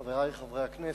תודה, חברי חברי הכנסת,